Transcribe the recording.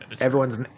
everyone's